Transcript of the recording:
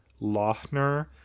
lochner